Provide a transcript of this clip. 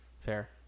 fair